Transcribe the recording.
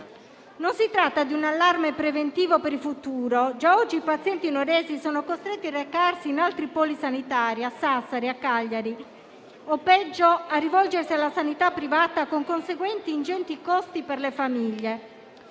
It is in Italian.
Non si tratta di un allarme preventivo per il futuro, perché già oggi i pazienti nuoresi sono costretti a recarsi in altri poli sanitari, a Sassari, a Cagliari, o peggio a rivolgersi alla sanità privata, con conseguenti ingenti costi per le famiglie.